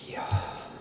ya